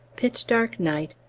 pitch-dark night,